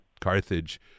Carthage